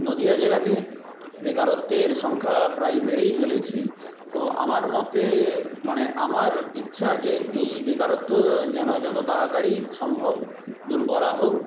নদীয়া জেলায় বেকারত্বের সংখ্যা প্রায় বেড়েই চলেছে তো আমার মতে মানে আমার ইচ্ছা যে এই বেকারত্ব যেন যত তাড়াতাড়ি সম্ভব দূর করা হোক